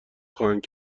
خواهند